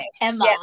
Emma